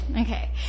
Okay